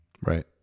Right